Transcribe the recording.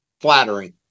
flattering